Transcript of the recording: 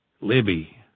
Libby